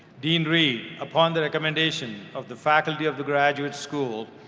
dean reed, upon the recommendation of the faculty of the graduate school,